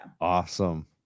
awesome